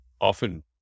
often